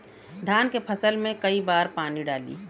धान के फसल मे कई बारी पानी डाली?